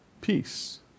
peace